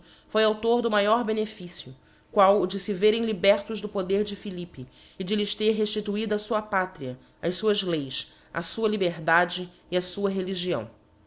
foi autfcoj do maior beneficio qual o de fe verem libertos do der de philippe e de lhes fer reftituida a fua pátria fims icis a fua liberdade e a fua religião